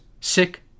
sick